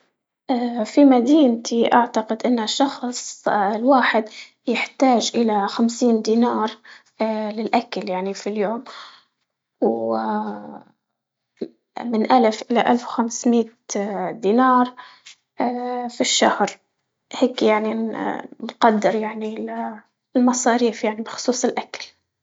اه في مدينتي اعتقد انه شخص اه الواحد يحتاج الى خمسين دينار اه للاكل يعني في اليوم، واه من الف الى الف وخمسمية اه دينار، اه في الشهر. هيك يعني اه نقدر يعني المصاريف يعني بخصوص الأكل.